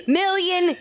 million